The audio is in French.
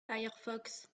firefox